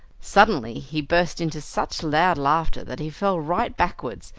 suddenly he burst into such loud laughter that he fell right backwards,